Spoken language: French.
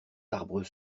arbres